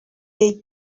they